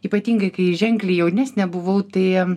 ypatingai kai ženkliai jaunesnė buvau tai